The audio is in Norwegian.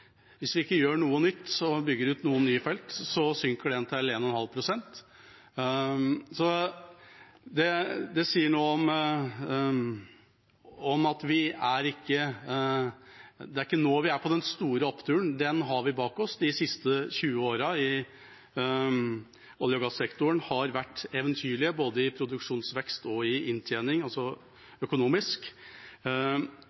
Hvis vi ikke gjør noe nytt og ikke bygger ut noen nye felt, synker den til 1,5 pst. Det sier noe om at det er ikke nå vi er på den store oppturen, den har vi bak oss. De siste tjue årene i olje- og gassektoren har vært eventyrlige, både i produksjonsvekst og i inntjening, altså